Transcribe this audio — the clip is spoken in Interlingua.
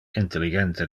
intelligente